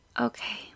okay